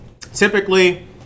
typically